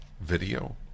video